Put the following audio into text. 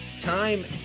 time